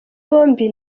bombi